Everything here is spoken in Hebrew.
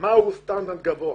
מהו סטנדרט גבוה".